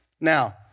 Now